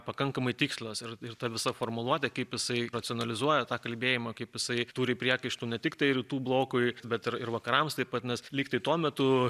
pakankamai tikslios ir ir ta visa formuluotė kaip jisai racionalizuoja tą kalbėjimą kaip jisai turi priekaištų ne tiktai rytų blokui bet ir ir vakarams taip pat nes lyg tai tuo metu